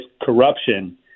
corruption